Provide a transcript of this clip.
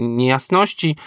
niejasności